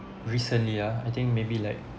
recently ah I think maybe like